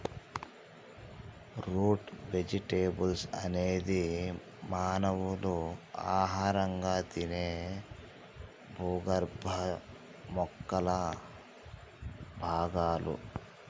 route vegetables అనేది మానవులు ఆహారంగా తినే భూగర్భ మొక్కల భాగాలు